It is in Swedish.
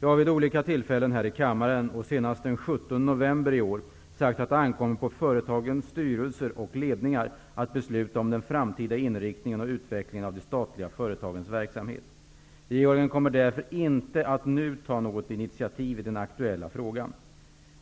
Jag har vid olika tillfällen här i kammaren, senast den 17 november i år, sagt att det ankommer på företagens styrelser och ledningar att besluta om den framtida inriktningen och utvecklingen av de statliga företagens verksamhet. Regeringen kommer därför inte att nu ta något initiativ i den aktuella frågan.